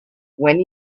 when